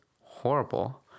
horrible